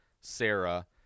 Sarah